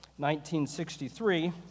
1963